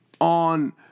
on